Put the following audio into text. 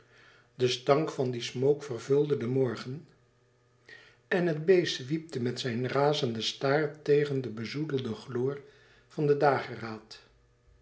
de stank van dien smook vervulde den morgen en het beest zwiepte met zijn razenden staart tegen den bezoedelden gloor van de dageraad